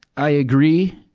i agree.